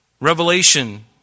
Revelation